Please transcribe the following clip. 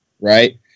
right